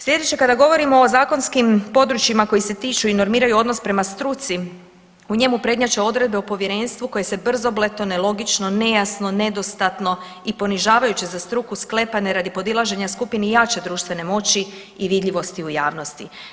Sljedeće, kada govorimo o zakonskim područjima koji se tiču i normiraju odnos prema struci, u njemu prednjače odredbe o povjerenstvu koje se brzopleto, nelogično, nejasno i nedostatno i ponižavajuće za struku sklepane radi podilaženja skupini jače društvene moći i vidljivosti u javnosti.